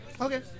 Okay